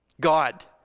God